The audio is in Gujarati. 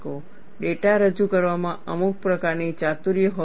ડેટા રજૂ કરવામાં અમુક પ્રકારની ચાતુર્ય હોવી જોઈએ